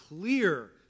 clear